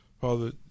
Father